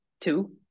two